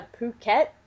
Phuket